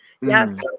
Yes